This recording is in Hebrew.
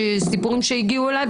סיפורים שהגיעו אליי,